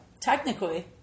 Technically